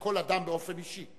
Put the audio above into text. כל אדם באופן אישי.